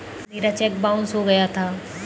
मेरा cheque bounce हो गया था